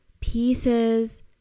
pieces